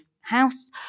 house